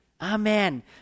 Amen